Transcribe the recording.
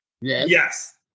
Yes